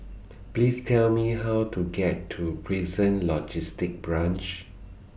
Please Tell Me How to get to Prison Logistic Branch